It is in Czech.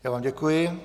Já vám děkuji.